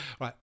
Right